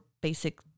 basic